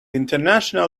international